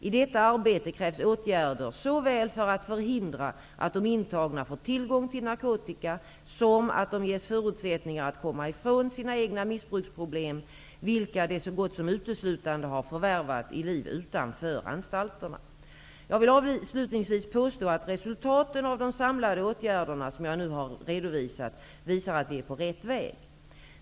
I detta arbete krävs åtgärder såväl för att förhindra att de intagna får tillgång till narkotika som att de ges förutsättningar att komma ifrån sina egna missbruksproblem, vilka de så gott som uteslutande har förvärvat i livet utanför anstalterna. Jag vill avslutningsvis påstå att resultaten av de samlade åtgärderna, som jag nu har redovisat, visar att vi är på rätt väg.